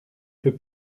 peut